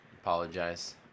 Apologize